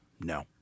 no